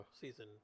Season